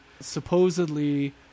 supposedly